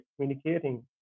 communicating